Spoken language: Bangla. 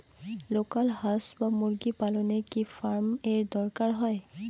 লোকাল হাস বা মুরগি পালনে কি ফার্ম এর দরকার হয়?